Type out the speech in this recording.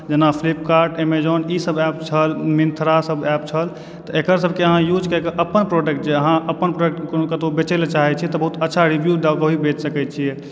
जेना Flipkart Amazon ईसभ app छल मिन्त्रासभ एप छल तऽ एकर सभकऽ अहाँ यूज कएके अपन प्रोडक्ट जँ अहाँ अप्पन प्रोडक्टकऽ कतहुँ बेचेलय चाहैत छी तऽ अहाँ बहुत अच्छा रिव्यू दऽ कऽ बेच सकैत छियै